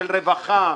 של רווחה,